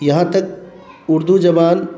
یہاں تک اردو زبان